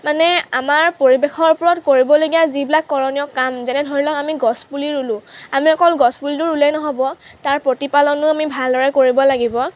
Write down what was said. মানে আমাৰ পৰিৱেশৰ ওপৰত কৰিব লগীয়া যিবিলাক কৰণীয় কাম যেনে ধৰি লওক আমি গছ পুলি ৰুলোঁ আমি অকল গছ পুলিটো ৰুলেই নহ'ব তাৰ প্ৰতিপালনো আমি ভালদৰে কৰিব লাগিব